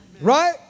Right